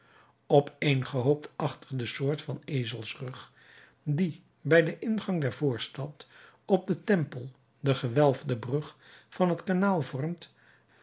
opeengehoopt achter de soort van ezelsrug dien bij den ingang der voorstad van den tempel de gewelfde brug van het kanaal vormt